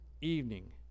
evening